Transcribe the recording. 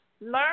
Learn